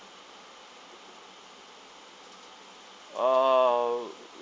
err